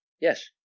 yes